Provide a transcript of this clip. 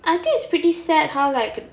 I think it's pretty sad how like